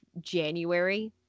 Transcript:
January